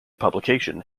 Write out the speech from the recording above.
publication